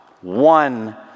One